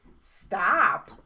stop